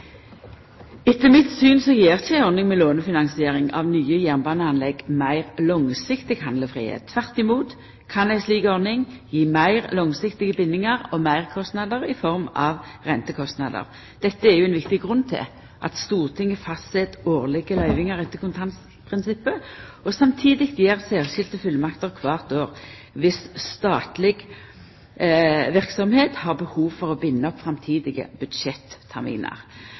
Etter mitt syn gjev ikkje ei ordning med lånefinansiering av nye jernbaneanlegg meir langsiktig handlefridom. Tvert imot kan ei slik ordning gje meir langsiktige bindingar og meirkostnader i form av rentekostnader. Dette er jo ein viktig grunn til at Stortinget fastset årlege løyvingar etter kontantprinsippet og samtidig gjev særskilte fullmakter kvart år viss statleg verksemd har behov for å binda opp framtidige